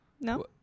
No